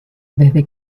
desde